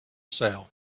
sale